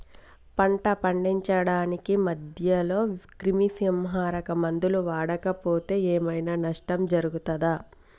పంట పండించడానికి మధ్యలో క్రిమిసంహరక మందులు వాడకపోతే ఏం ఐనా నష్టం జరుగుతదా?